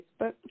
Facebook